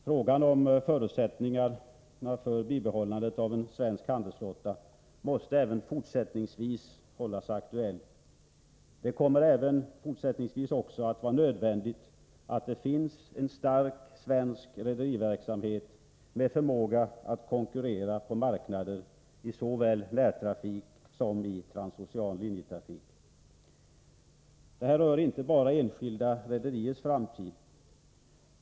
Frågan om förutsättningarna för bibehållandet av en svensk handelsflotta måste även fortsättningsvis hållas aktuell. Det kommer även fortsättningsvis att vara nödvändigt med en stark svensk rederiverksamhet med förmåga att konkurrera på marknader i såväl närtrafik som transocean linjetrafik. Detta rör inte bara enskilda rederiers framtid.